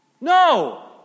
No